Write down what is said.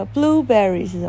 Blueberries